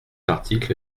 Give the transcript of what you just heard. article